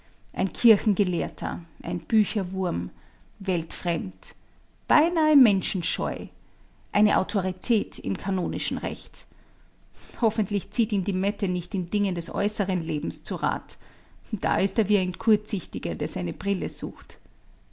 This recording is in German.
ein kirchengelehrter ein bücherwurm weltfremd beinahe menschenscheu eine autorität im kanonischen recht hoffentlich zieht ihn die mette nicht in dingen des äußeren lebens zu rat da ist er wie ein kurzsichtiger der seine brille sucht